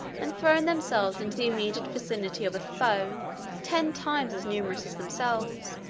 and thrown themselves into the immediate vicinity of a foe ten times as numerous as themselves,